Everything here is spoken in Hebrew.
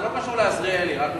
זה לא קשור לעזריאלי, בסדר,